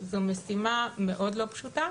זו משימה מאוד לא פשוטה